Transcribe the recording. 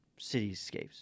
cityscapes